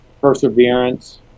perseverance